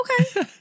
Okay